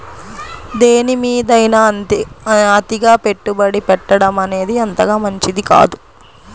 దేనిమీదైనా అతిగా పెట్టుబడి పెట్టడమనేది అంతగా మంచిది కాదు